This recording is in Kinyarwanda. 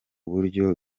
buryo